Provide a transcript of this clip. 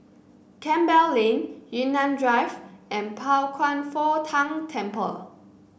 Campbell Lane Yunnan Drive and Pao Kwan Foh Tang Temple